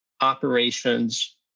operations